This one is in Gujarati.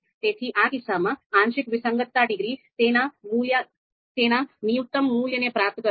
તેથી આ કિસ્સામાં આંશિક વિસંગતતા ડિગ્રી તેના ન્યૂનતમ મૂલ્યને પ્રાપ્ત કરશે